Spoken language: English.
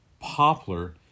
poplar